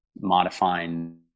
modifying